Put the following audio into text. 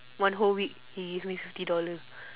one whole week he give me fifty dollar